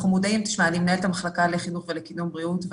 אני מנהלת המחלקה לחינוך ולקידום בריאות,